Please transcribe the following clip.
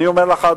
אני אומר לך,